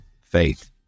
faith